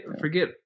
forget